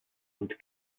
und